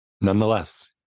nonetheless